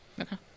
Okay